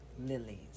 lilies